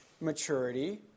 maturity